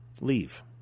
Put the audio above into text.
Leave